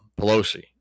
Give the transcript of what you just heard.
Pelosi